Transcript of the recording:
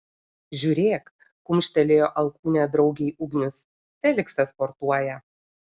žiūrėk kumštelėjo alkūne draugei ugnius feliksas sportuoja